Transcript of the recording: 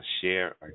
share